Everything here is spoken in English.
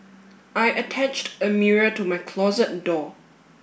I attached a mirror to my closet door